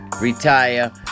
retire